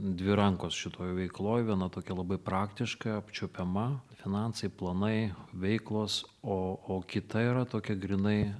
dvi rankos šitoj veikloj viena tokia labai praktiška apčiuopiama finansai planai veiklos o o kita yra tokia grynai